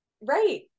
Right